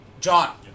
John